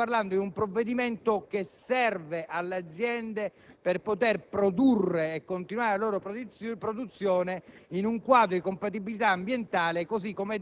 Vorrei che fosse chiaro a tutti in quest'Aula che stiamo esaminando un provvedimento che serve alle aziende per poter produrre e continuare la propria produzione nel quadro di compatibilità ambientale